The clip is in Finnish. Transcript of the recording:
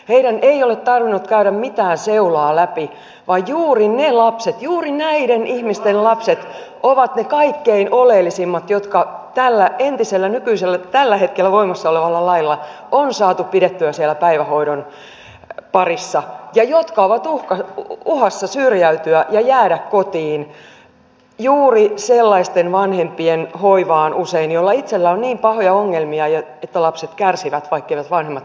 heidän ei ole tarvinnut käydä mitään seulaa läpi vaan juuri näiden ihmisten lapset ovat ne kaikkein oleellisimmat jotka tällä hetkellä voimassa olevalla lailla on saatu pidettyä siellä päivähoidon parissa ja jotka ovat uhassa syrjäytyä ja jäädä kotiin usein juuri sellaisten vanhempien hoivaan joilla itsellään on niin pahoja ongelmia että lapset kärsivät vaikkeivät vanhemmat sitä ymmärrä